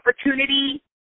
opportunity